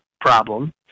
problem